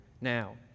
now